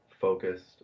focused